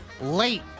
Late